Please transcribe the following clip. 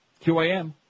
QAM